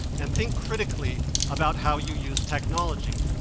and think critically about how you use technology.